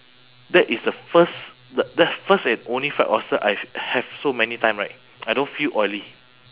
that is the first the that first and only fried oyster I have so many time right I don't feel oily